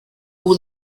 all